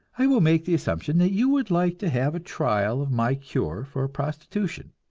i will make the assumption that you would like to have a trial of my cure for prostitution.